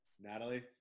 Natalie